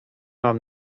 mam